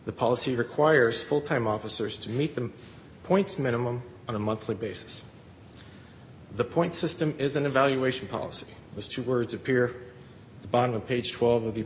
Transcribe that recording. the policy requires full time officers to meet the points minimum on a monthly basis the point system is an evaluation policy was two words appear the bottom of page twelve of the